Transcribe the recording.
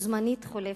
זמנית וחולפת.